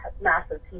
massive